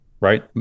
right